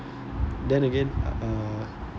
then again uh